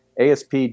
ASP